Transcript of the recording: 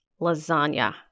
lasagna